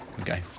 okay